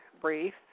brief